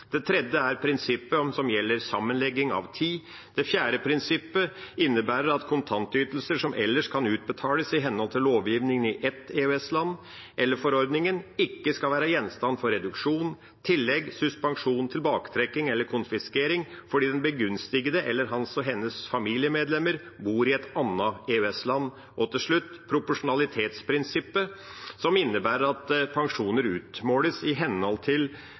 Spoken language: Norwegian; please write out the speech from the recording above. Det tredje prinsippet gjelder sammenlegging av tid. Det fjerde prinsippet innebærer at kontantytelser som ellers kan utbetales i henhold til lovgivningen i et EØS-land eller forordningen, ikke skal være gjenstand for reduksjon, tillegg, suspensjon, tilbaketrekking eller konfiskering fordi den begunstigede eller hans/hennes familiemedlemmer bor i et annet EØS-land. Til slutt gjelder proporsjonalitetsprinsippet, som innebærer at pensjoner utmåles i forhold til